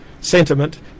Sentiment